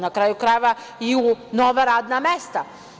Na kraju krajeva i u nova radna mesta.